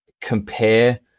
compare